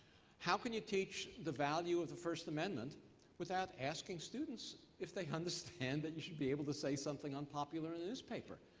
how can you teach the value of the first amendment without asking students if they understand that you should be able to say something unpopular in the newspaper?